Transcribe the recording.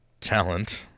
talent